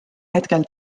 hetkel